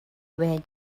when